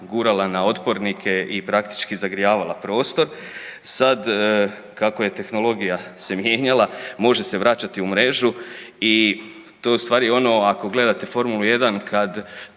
gurala na otpornike i praktički zagrijavala prostor, sada kako se tehnologija mijenjala može se vraćati u mrežu i to je ustvari ono ako gledate Formulu 1